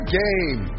game